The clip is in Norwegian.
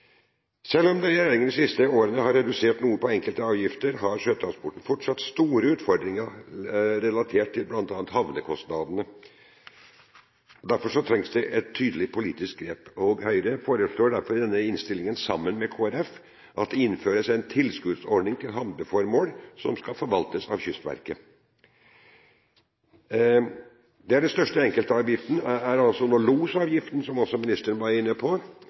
Selv om regjeringen de siste årene har redusert noe på enkelte avgifter, har sjøtransporten fortsatt store utfordringer relatert til bl.a. havnekostnadene. Derfor trengs det et tydelig politisk grep. Høyre foreslår derfor i denne innstillingen, sammen med Kristelig Folkeparti, at det innføres en tilskuddsordning til havneformål, som skal forvaltes av Kystverket. Den største enkeltavgiften er losavgiften, som også ministeren var inne på.